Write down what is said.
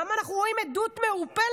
למה אנחנו רואים עדות מעורפלת?